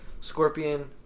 Scorpion